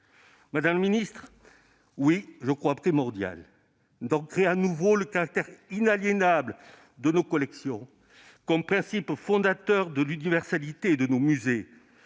madame la ministre, je crois primordial d'ancrer à nouveau le caractère inaliénable de nos collections comme principe fondateur de l'universalité de nos musées,